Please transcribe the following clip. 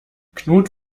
knut